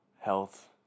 health